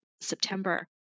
September